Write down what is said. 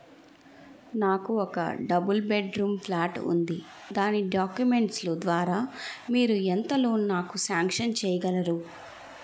నాకు ఒక double bedroom flat ఉంది దాని డాక్యుమెంట్స్ లు ద్వారా మీరు ఎంత లోన్ నాకు సాంక్షన్ చేయగలరు?